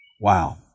Wow